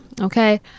Okay